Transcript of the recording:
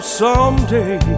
someday